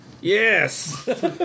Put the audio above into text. Yes